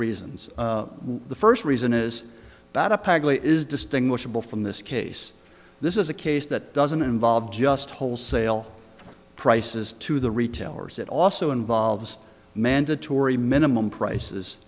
reasons the first reason is that apparently is distinguishable from this case this is a case that doesn't involve just wholesale prices to the retailers it also involves mandatory minimum price is